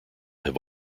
have